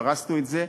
פרסנו את זה,